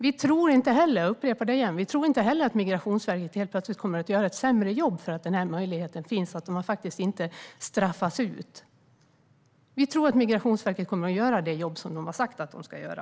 Vi tror inte - jag upprepar det - att Migrationsverket helt plötsligt kommer att göra ett sämre jobb för att den här möjligheten finns, för att enskilda inte straffas ut. Vi tror att Migrationsverket kommer att göra det jobb som man har sagt att man ska göra.